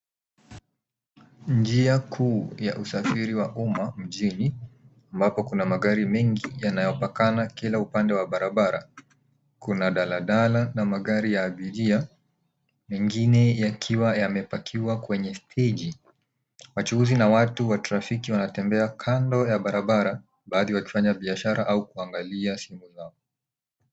Njia kuu ya usafiri wa umma mjini ambapo kuna magari mengi yanayopakana kila upande wa barabara. Kuna daladala na magari ya abiria mengine yakiwa yamepakiwa kwenye steji. Wachuuzi na watu wa trafiki wanatembea kando ya barabara baadhi wakifanya biashara au kuangalia simu zao.